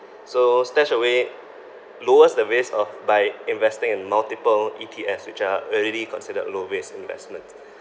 so stashaway lowers the risk of by investing in multiple E_T_Fs which are already considered low risk investments